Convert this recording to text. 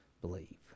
believe